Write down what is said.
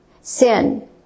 sin